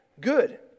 good